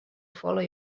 follow